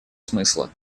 смысла